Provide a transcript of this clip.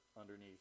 underneath